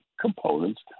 components